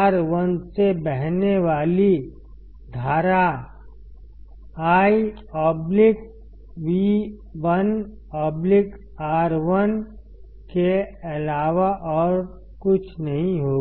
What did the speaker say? R1 से बहने वाली धारा I V1 R1 के अलावा और कुछ नहीं होगी